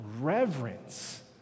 reverence